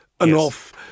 enough